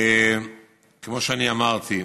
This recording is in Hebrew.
כמו שאני אמרתי,